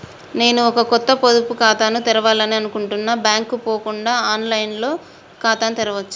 నేను ఒక కొత్త పొదుపు ఖాతాను తెరవాలని అనుకుంటున్నా బ్యాంక్ కు పోకుండా ఆన్ లైన్ లో ఖాతాను తెరవవచ్చా?